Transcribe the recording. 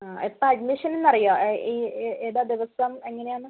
ആ എപ്പോഴാണ് അഡ്മിഷനെന്ന് അറിയുമോ ഈ ഏതാ ദിവസം എങ്ങനെയാണ്